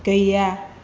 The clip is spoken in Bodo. गैया